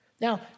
Now